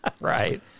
right